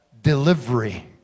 Delivery